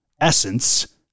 essence